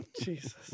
Jesus